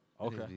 okay